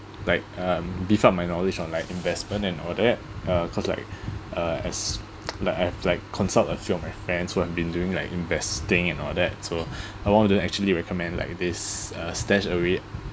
like um give out my knowledge on like investment and all that uh cause like uh as like I have like consult a few of my friends who have been doing like investing and all that so I wanted to actually recommend like this uh StashAway